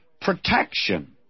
protection